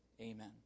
Amen